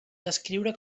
descriure